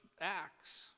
Acts